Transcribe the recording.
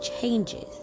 changes